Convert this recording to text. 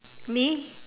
me